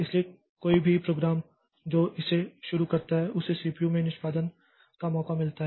इसलिए कोई भी प्रोग्राम जो इसे शुरू करता है उसे सीपीयू में निष्पादन का मौका मिलता है